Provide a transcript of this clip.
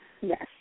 Yes